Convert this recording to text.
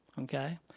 Okay